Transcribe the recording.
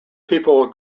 people